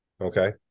okay